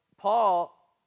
Paul